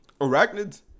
Arachnids